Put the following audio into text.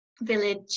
village